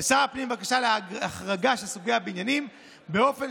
לשר הפנים בבקשה להחרגה של סוגי הבניינים באופן